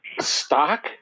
Stock